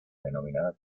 denominada